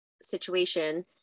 situation